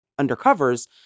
undercovers